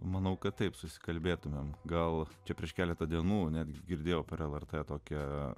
manau kad taip susikalbėtumėme gal čia prieš keletą dienų netgi girdėjau pravarde tokią